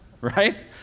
right